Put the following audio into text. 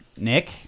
Nick